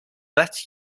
bet